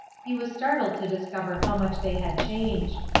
he was startled to discover how much they had changed.